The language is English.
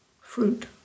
fruit